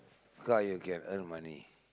car you can earn money